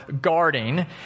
guarding